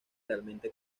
realmente